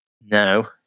No